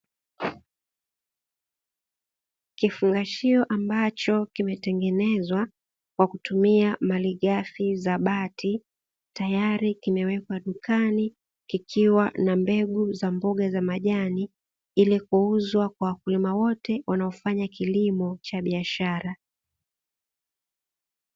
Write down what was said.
Kifungashio ambacho kimetengenezwa kwa kutumia malighafi za bati tayari kimewekwa dukani kikiwa na mbegu za mboga za majani, ili kuuzwa kwa wakulima wote wanaofanya kilimo cha biashara.